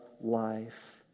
life